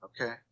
Okay